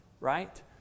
right